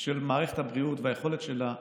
של מערכת הבריאות והיכולת שלה לקלוט.